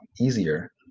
easier